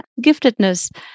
giftedness